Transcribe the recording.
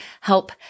help